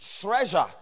treasure